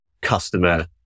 customer